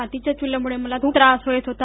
मातीच्या च्रलीमुळे माला खूप त्रास होत होता